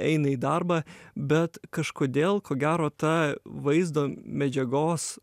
eina į darbą bet kažkodėl ko gero ta vaizdo medžiagos